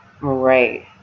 Right